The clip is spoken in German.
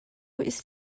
ist